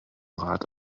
rat